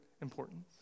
importance